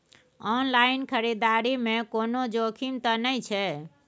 Online खरीददारी में कोनो जोखिम त नय छै?